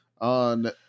on